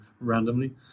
randomly